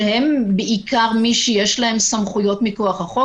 שהם בעיקר מי שיש להם סמכויות מכוח החוק,